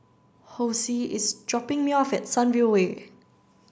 Hosea is dropping me off at Sunview Way